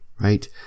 right